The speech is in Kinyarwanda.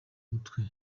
mutwe